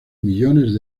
millones